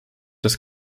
das